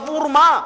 עבור מה?